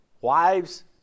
wives